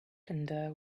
cylinder